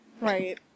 Right